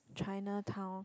Chinatown